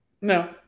No